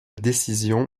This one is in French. décision